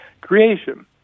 creation